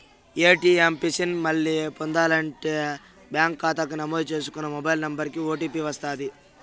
ATM pin ని మళ్ళీ పొందాలంటే బ్యాంకు కాతాకి నమోదు చేసుకున్న మొబైల్ నంబరికి ఓ.టీ.పి వస్తది